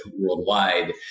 worldwide